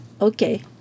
Okay